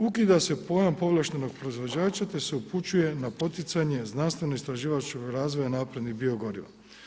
Ukida se pojam povlaštenog proizvođača te se upućuje na poticanje znanstveno istraživačkog razvoja naprednih bio goriva.